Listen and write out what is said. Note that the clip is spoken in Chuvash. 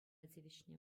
тивӗҫнӗ